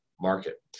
market